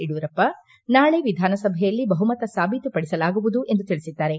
ಯಡಿಯೂರಪ್ಪ ನಾಳೆ ವಿಧಾನಸಭೆಯಲ್ಲಿ ಬಹುಮತ ಸಾಬೀತು ಪಡಿಸಲಾಗುವುದು ಎಂದು ತಿಳಿಸಿದ್ದಾರೆ